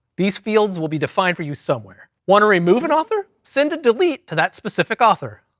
these fields will be defined for you somewhere. want to remove an author? send a delete to that specific author.